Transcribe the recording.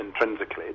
intrinsically